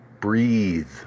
Breathe